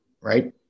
right